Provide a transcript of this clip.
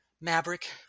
Maverick